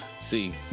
See